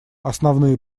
основные